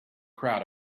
crowd